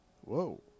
Whoa